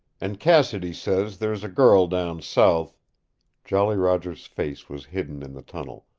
and cassidy says there is a girl down south jolly roger's face was hidden in the tunnel.